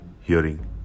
hearing